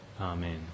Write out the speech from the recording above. Amen